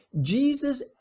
Jesus